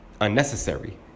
Unnecessary